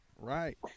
right